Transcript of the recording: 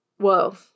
Whoa